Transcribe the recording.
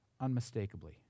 unmistakably